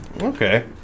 Okay